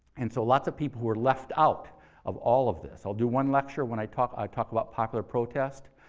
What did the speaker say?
and so lots of people were left out of all of this. i'll do one lecture when i talk i talk about popular protest.